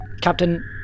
Captain